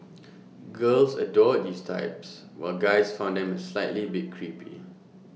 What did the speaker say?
girls adored these types while guys found them A slight bit creepy